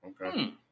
Okay